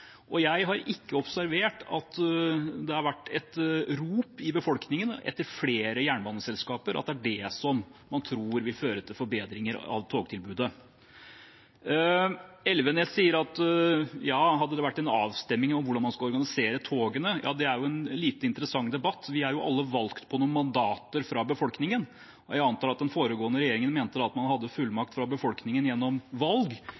Jeg har ikke observert at det har vært et rop i befolkningen etter flere jernbaneselskaper, at det er det som man tror vil føre til forbedringer av togtilbudet. Representanten Elvenes sier at hvis det hadde vært en avstemning om hvordan man skulle organisere togene – ja, det er en lite interessant debatt. Vi er alle innvalgt på mandater fra befolkningen. Jeg antar at den foregående regjeringen mente at den hadde fullmakt fra befolkningen gjennom valg